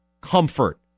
Comfort